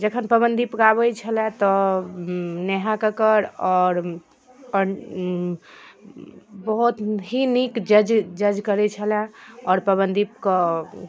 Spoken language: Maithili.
जखन पवनदीप गाबै छलाए तऽ नेहा कक्कड़ आओर बहोत ही नीक जज जज करै छलाए आओर पवनदीपके